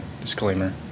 Disclaimer